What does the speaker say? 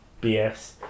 BS